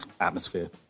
atmosphere